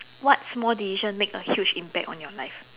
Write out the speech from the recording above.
what small decision make a huge impact on your life